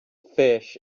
fish